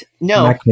no